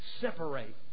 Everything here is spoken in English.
separate